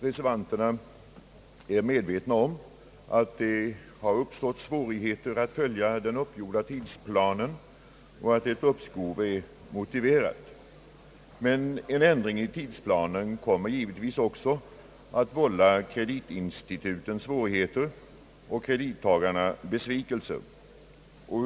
Reservanterna är medvetna om att det har uppstått svårigheter att följa den uppgjorda tidsplanen och att ett uppskov är motiverat. Men en ändring i tidsplanen kommer givetvis också att vålla kreditinstituten svårigheter och kredittagarna besvikelser.